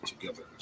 together